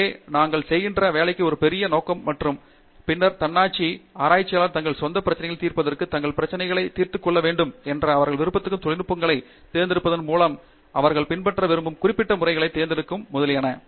எனவே நாங்கள் செய்கின்ற வேலைக்கு ஒரு பெரிய நோக்கம் மற்றும் பின்னர் தன்னாட்சி ஆராய்ச்சியாளர்கள் தங்களது சொந்த பிரச்சினைகளை தீர்ப்பதற்கு தங்கள் பிரச்சினைகளை தீர்த்துக்கொள்ள வேண்டும் மற்றும் அவர்கள் விரும்பும் தொழில்நுட்பங்களை தேர்ந்தெடுப்பதன் மூலம் அவர்கள் பின்பற்ற விரும்பும் குறிப்பிட்ட முறைகள் தேர்ந்தெடுக்கும் முதலியன